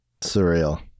Surreal